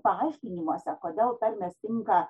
paaiškinimuose kodėl tarmės tinka